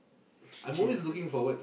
G G_S_T